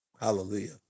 Hallelujah